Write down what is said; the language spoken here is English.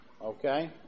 okay